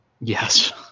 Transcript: Yes